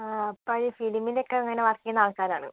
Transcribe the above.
ആ അപ്പം ഈ ഫിലിമിൻ്റ ഒക്കെ ഇങ്ങനെ വർക്ക് ചെയ്യുന്ന ആൾക്കാരാണ്